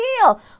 deal